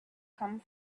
come